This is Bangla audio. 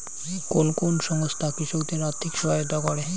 কোন কোন সংস্থা কৃষকদের আর্থিক সহায়তা করে?